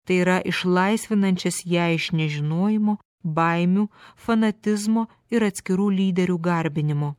tai yra išlaisvinančias ją iš nežinojimo baimių fanatizmo ir atskirų lyderių garbinimo